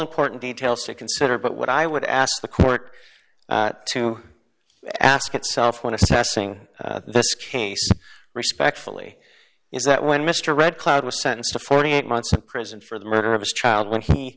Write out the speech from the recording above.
important details to consider but what i would ask the court to ask itself when assessing this case respectfully is that when mr red cloud was sentenced to forty eight months in prison for the murder of his child when he